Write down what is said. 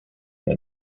the